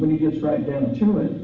when he gets right down to it